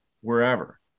wherever